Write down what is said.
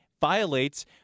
violates